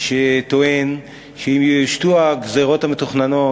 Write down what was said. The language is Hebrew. שטוען שאם יושתו הגזירות המתוכננות,